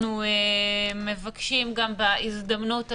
אנחנו מבקשים בהזדמנות הזאת,